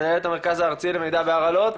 מנהלת המרכז הארצי למרכז והרעלות,